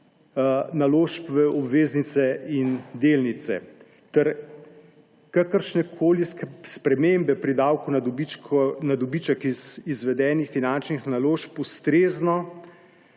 naložb v obveznice in delnice, ter kakršnekoli spremembe pri davku na dobiček iz izvedenih finančnih naložb ustrezno